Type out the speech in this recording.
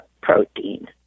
protein